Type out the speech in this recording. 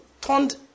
turned